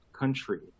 country